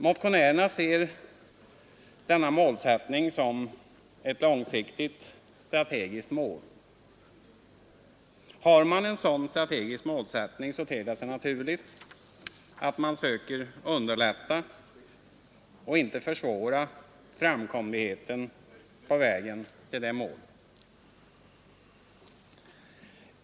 Motionärerna ser denna målsättning som ett långsiktigt strategiskt mål. Har man en sådan strategisk målsättning ter det sig naturligt att söka underlätta och inte försvåra framkomligheten på vägen till målet.